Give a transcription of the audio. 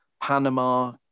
panama